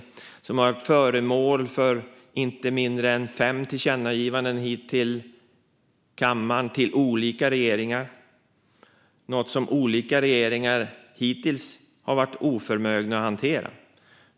Den har också varit föremål för inte mindre än fem tillkännagivanden från kammaren till olika regeringar. Detta är något som olika regeringar hittills har varit oförmögna att hantera.